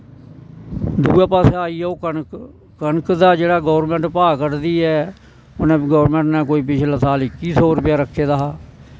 दुऐ पास्सै आई जाओ कनक कनक दा जेह्ड़ा गौरमैंट भा कढदी ऐ उनैं गौरमैंट नै पिछले साल इक्की सौ रक्खे दा हा